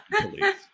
police